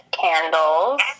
Candles